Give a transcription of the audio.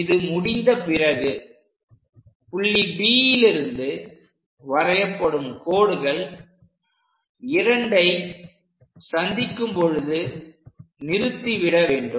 இது முடிந்த பிறகு புள்ளி Dலிருந்து வரையப்படும் கோடுகள் 2 ஐ சந்திக்கும்பொழுது நிறுத்திவிட வேண்டும்